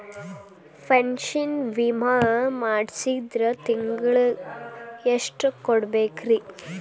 Pension ವಿಮಾ ಮಾಡ್ಸಿದ್ರ ತಿಂಗಳ ಎಷ್ಟು ಕಟ್ಬೇಕ್ರಿ?